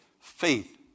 faith